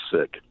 sick